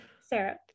Sarah